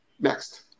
Next